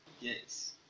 Yes